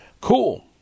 Cool